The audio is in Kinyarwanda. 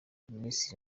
minisitiri